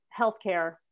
healthcare